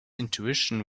intuition